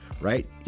Right